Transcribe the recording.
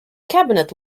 cabinet